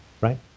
Right